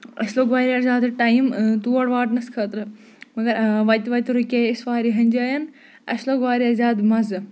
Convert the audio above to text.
اَسہِ لوٚگ واریاہ زیادٕ ٹایم تور واتنَس خٲطرٕ مَگر وَتہِ وَتہِ رُکے أسۍ واریاہَن جاین اَسہِ لوٚگ واریاہ زیادٕ مَزٕ